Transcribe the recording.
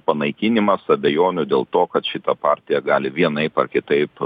panaikinimas abejonių dėl to kad šita partija gali vienaip ar kitaip